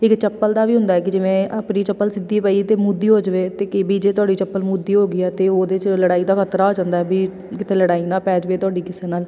ਇੱਕ ਚੱਪਲ ਦਾ ਵੀ ਹੁੰਦਾ ਕਿ ਜਿਵੇਂ ਆਪਣੀ ਚੱਪਲ ਸਿੱਧੀ ਪਈ ਅਤੇ ਮੁੱਧੀ ਹੋ ਜਾਵੇ ਤਾਂ ਕੀ ਵੀ ਜੇ ਤੁਹਾਡੀ ਚੱਪਲ ਮੁੱਧੀ ਹੋ ਗਈ ਆ ਅਤੇ ਉਹਦੇ 'ਚ ਲੜਾਈ ਦਾ ਖ਼ਤਰਾ ਹੋ ਜਾਂਦਾ ਵੀ ਕਿਤੇ ਲੜਾਈ ਨਾ ਪੈ ਜਾਵੇ ਤੁਹਾਡੀ ਕਿਸੇ ਨਾਲ਼